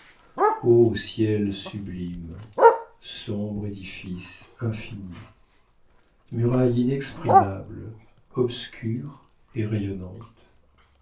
ô ciel sublime sombre édifice infini muraille inexprimable obscure et rayonnante